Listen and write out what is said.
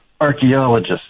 archaeologist